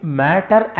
matter